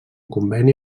conveni